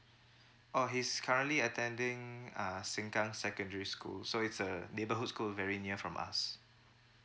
oh he's currently attending uh sengkang secondary school so it's a neighborhood school very near from us